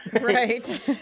Right